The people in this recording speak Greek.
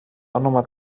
όνομα